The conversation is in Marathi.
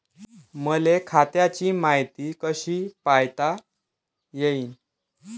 मले खात्याची मायती कशी पायता येईन?